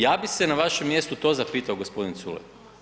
Ja bih se na vašem mjestu to zapitao gospodine Culej.